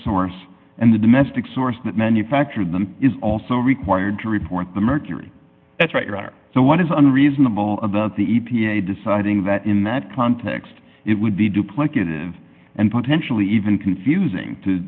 source and the domestic source that manufacture them is also required to report the mercury that's right so what is unreasonable about the e p a deciding that in that context it would be duplicative and potentially even confusing to